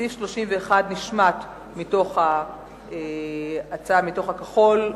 סעיף 31 נשמט מתוך ההצעה בנוסח הכחול,